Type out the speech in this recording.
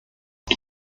die